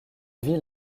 villes